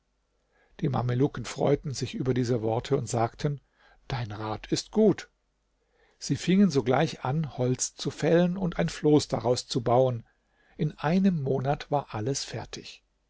die mamelucken freuten sich über diese worte und sagten dein rat ist gut sie fingen sogleich an holz zu fällen und ein floß daraus zu bauen in einem monat war alles fertig